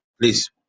please